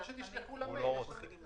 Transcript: אני מוסיף שזה באישור הוועדה.